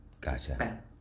Gotcha